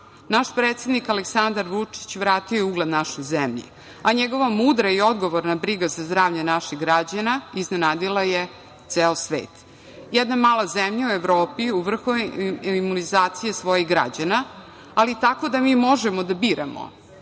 predsednik Aleksandar Vučić vratio je ugled našoj zemlji, a njegova mudra i odgovorna briga za zdravlje naših građana iznenadila je ceo svet. Jedna mala zemlja u Evropi u vrhu je imunizacije svojih građana, ali tako da mi možemo da biramo.